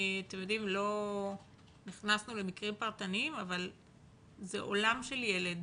לא נכנסנו למקרים פרטניים, אבל זה עולם של ילד